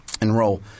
enroll